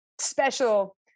special